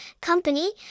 company